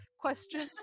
questions